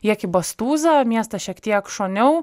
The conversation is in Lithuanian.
į ekibastūzą miestą šiek tiek šoniau